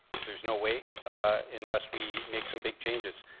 there is no way unless we make some big changes.